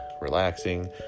Relaxing